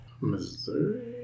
Missouri